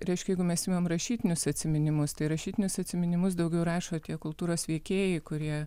reiškia jeigu mes imam rašytinius atsiminimus tai rašytinius atsiminimus daugiau rašo tie kultūros veikėjai kurie